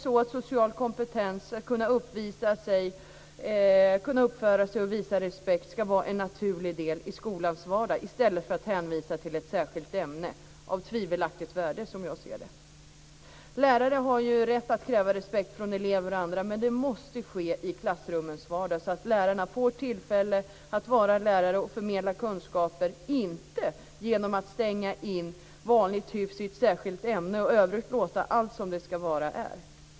Visst ska social kompetens, att kunna uppföra sig och att visa respekt, vara en naturlig del i skolans vardag i stället för att hänvisas till ett särskilt ämne av - som jag ser det - tvivelaktigt värde. Lärare har rätt att kräva respekt från elever och andra, men det måste ske i klassrummens vardag så att lärarna får tillfälle att vara lärare och förmedla kunskaper, inte genom att stänga in vanligt hyfs i ett särskilt ämne och i övrigt låta allt annat vara som det är.